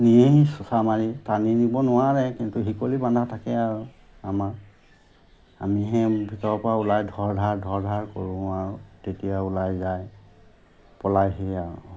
নিয়েহি চোঁচা মাৰি টানি নিব নোৱাৰে কিন্তু শিকলি বন্ধা থাকে আৰু আমাৰ আমি সেই ভিতৰৰ পৰা ওলাই ধৰ ধাৰ ধৰ ধাৰ কৰোঁ আৰু তেতিয়া ওলাই যায় পলায় সেয়ে আৰু